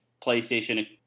PlayStation